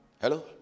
Hello